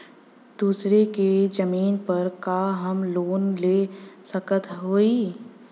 दूसरे के जमीन पर का हम लोन ले सकत हई?